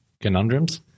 conundrums